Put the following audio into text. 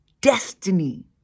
destiny